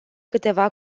câteva